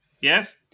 Yes